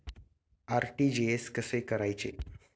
RTGS कसे करायचे?